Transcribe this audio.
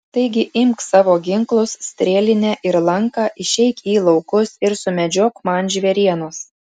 taigi imk savo ginklus strėlinę ir lanką išeik į laukus ir sumedžiok man žvėrienos